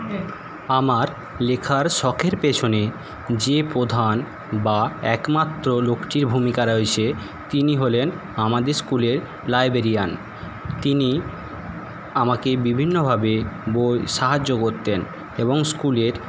আমার লেখার শখের পেছনে যে পোধান বা একমাত্র লোকটির ভূমিকা রয়েছে তিনি হলেন আমাদের স্কুলের লাইবেরিয়ান তিনি আমাকে বিভিন্নভাবে বই সাহায্য করতেন এবং স্কুলের